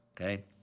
okay